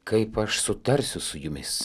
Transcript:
kaip aš sutarsiu su jumis